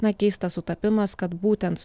na keistas sutapimas kad būtent